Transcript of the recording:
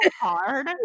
hard